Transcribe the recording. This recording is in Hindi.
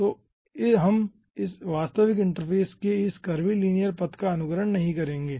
तो हम इस वास्तविक इंटरफ़ेस के इस कर्वलीनियर पथ का अनुकरण नहीं करेंगे